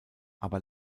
aber